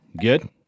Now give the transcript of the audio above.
Good